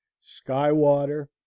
sky-water